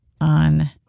On